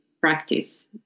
practice